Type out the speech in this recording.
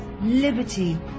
liberty